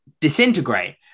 disintegrate